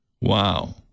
Wow